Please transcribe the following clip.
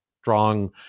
Strong